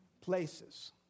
places